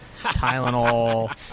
Tylenol